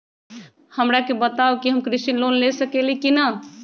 हमरा के बताव कि हम कृषि लोन ले सकेली की न?